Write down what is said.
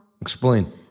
Explain